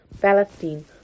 Palestine